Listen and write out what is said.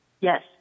Yes